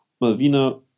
Malvina